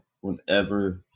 Whenever